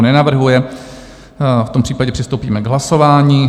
Nenavrhuje, v tom případě přistoupíme k hlasování.